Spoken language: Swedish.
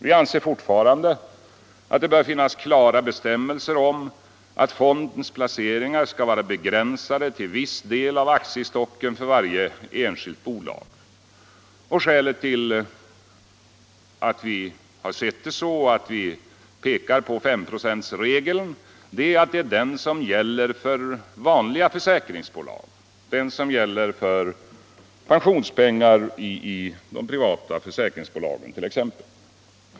Vi anser fortfarande att det bör finnas klara bestämmelser om att fondens placeringar skall vara begränsade till viss del av aktiestocken för varje enskilt bolag. Vi pekar här på S-procentsregeln, och skälet är att det är den som gäller för vanliga försäkringsbolag t.ex. i fråga om pensionspengar.